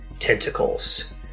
tentacles